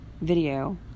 video